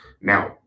Now